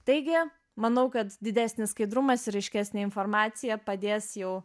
taigi manau kad didesnis skaidrumas ir aiškesnė informacija padės jau